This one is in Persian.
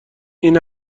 این